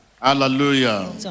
Hallelujah